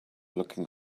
looking